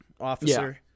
officer